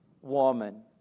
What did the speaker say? woman